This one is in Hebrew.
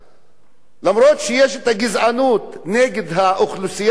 אף-על-פי שיש גזענות נגד האוכלוסייה הערבית,